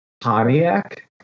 Pontiac